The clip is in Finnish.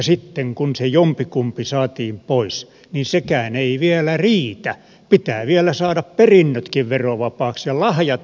sitten kun se jompikumpi saatiin pois niin sekään ei vielä riitä pitää vielä saada perinnötkin verovapaiksi ja lahjat verovapaiksi